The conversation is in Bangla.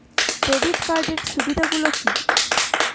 ক্রেডিট কার্ডের সুবিধা গুলো কি?